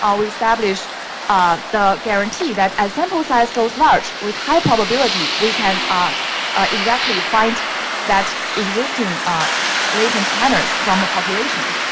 um we establish the guarantee, that as sample size goes large with high probability, we can ah exactly find that existing latent patterns from the population.